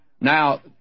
Now